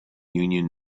union